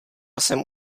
jsem